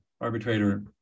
arbitrator